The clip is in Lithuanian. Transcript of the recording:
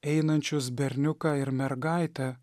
einančius berniuką ir mergaitę